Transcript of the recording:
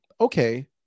Okay